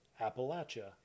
Appalachia